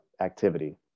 activity